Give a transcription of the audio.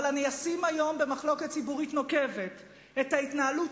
אבל אשים היום במחלוקת ציבורית נוקבת את ההתנהלות